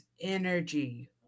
energy